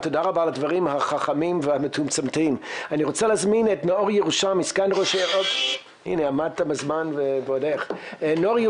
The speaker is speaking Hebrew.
אני מתכבד לפתוח את ישיבת ועדת המשנה